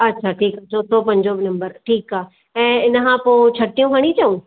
अच्छा ठीकु चोथों पंजो नंबर ठीकु आहे ऐं इनखां पोइ छटियूं खणी अचूं